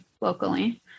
locally